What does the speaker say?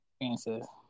experiences